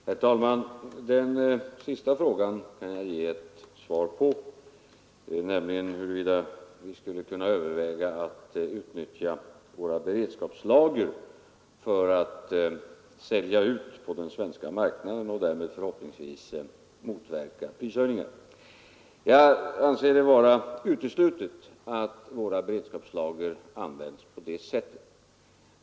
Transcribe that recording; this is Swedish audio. Herr talman! Den sista frågan kan jag ge ett svar på, nämligen huruvida vi skulle kunna överväga att sälja ut av våra beredskapslager på den svenska marknaden och därmed förhoppningsvis motverka prishöjningar. Jag anser det vara uteslutet att våra beredskapslager används på det sättet.